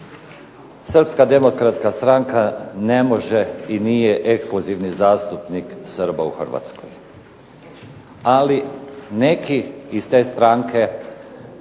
Srpska demokratska stranka ne može i nije ekskluzivni zastupnik Srba u Hrvatskoj, ali neki iz te stranke